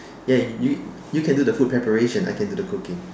ya you you can do the food preparation I can do the cooking